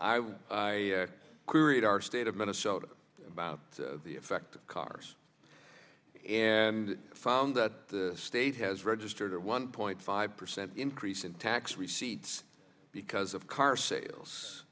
will create our state of minnesota about the effect of cars and found that the state has registered at one point five percent increase in tax receipts because of car sales